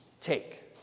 Take